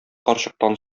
карчыктан